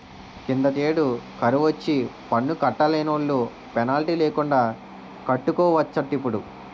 కిందటేడు కరువొచ్చి పన్ను కట్టలేనోలు పెనాల్టీ లేకండా కట్టుకోవచ్చటిప్పుడు